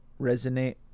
resonate